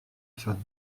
femme